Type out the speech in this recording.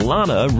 Lana